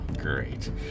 Great